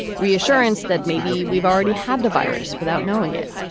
reassurance that maybe we've already had the virus without knowing it.